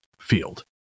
field